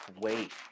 wait